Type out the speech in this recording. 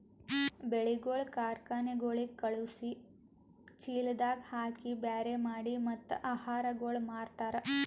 ಬೆಳಿಗೊಳ್ ಕಾರ್ಖನೆಗೊಳಿಗ್ ಖಳುಸಿ, ಚೀಲದಾಗ್ ಹಾಕಿ ಬ್ಯಾರೆ ಮಾಡಿ ಮತ್ತ ಆಹಾರಗೊಳ್ ಮಾರ್ತಾರ್